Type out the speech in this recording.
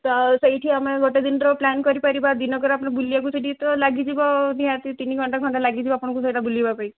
ତ ସେଇଠି ଆମେ ଗୋଟେ ଦିନର ପ୍ଲାନ୍ କରିପାରିବା ଦିନକରେ ଆପଣଙ୍କର ବୁଲିବାକୁ ସେଇଠି ତ ଲାଗିଯିବ ନିହାତି ତିନି ଘଣ୍ଟା ଖଣ୍ଡେ ଲାଗିଯିବ ଆପଣଙ୍କୁ ସେଇଟା ବୁଲିବା ପାଇଁ